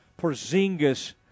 Porzingis